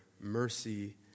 mercy